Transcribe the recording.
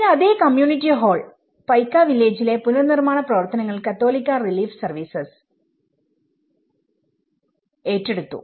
പിന്നെ അതേ കമ്മ്യൂണിറ്റി ഹാൾപൈക്കവില്ലേജിലെ പുനർ നിർമ്മാണ പ്രവർത്തനങ്ങൾ കാത്തോലിക് റിലീഫ് സർവീസസ് ഏറ്റെടുത്തു